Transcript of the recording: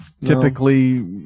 Typically